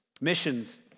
Missions